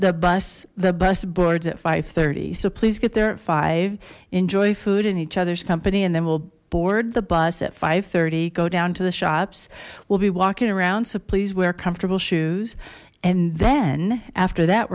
the bus the bus boards at five thirty so please get there at five zero enjoy food and each other's company and then we'll board the bus at five thirty go down to the shops we'll be walking around so please wear comfortable shoes and then after that